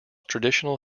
traditional